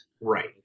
right